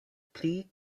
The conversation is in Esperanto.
pli